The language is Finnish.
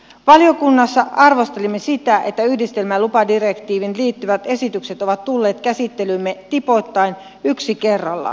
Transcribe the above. valiokunnassa arvostelimme sitä että yhdistelmälupadirektiiviin liittyvät esitykset ovat tulleet käsittelyymme tipoittain yksi kerrallaan